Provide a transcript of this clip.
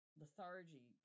lethargy